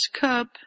Cup